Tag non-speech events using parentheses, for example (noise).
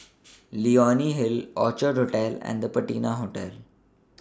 (noise) Leonie Hill Orchid Hotel and The Patina Hotel